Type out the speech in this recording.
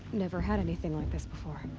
never had anything like this before.